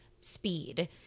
speed